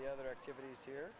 the other activities here